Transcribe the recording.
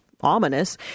ominous